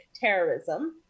terrorism